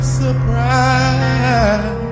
surprise